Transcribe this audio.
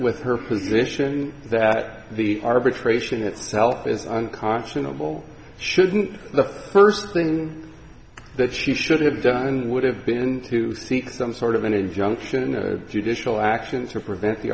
with her position that the arbitration itself is unconscionable shouldn't the first thing that she should have done would have been to seek some sort of an injunction a judicial action to prevent the